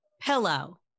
pillow